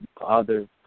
others